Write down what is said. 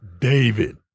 David